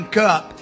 cup